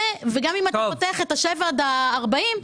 וגם אם אתה חותך את השבעה עד 40 קילומטר,